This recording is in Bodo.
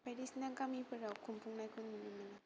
बायदिसिना गामिफोराव खुंफुंनायखौ नुनो मोनो